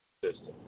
system